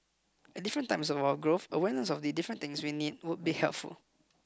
at different times of our growth awareness of the different things we need would be helpful